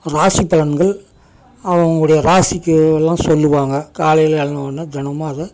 ராசி பலன்கள் அவங்கவுங்களுடைய ராசிக்கு எல்லாம் சொல்லுவாங்க காலையில் எழுந்த உடனே தினமும் அதை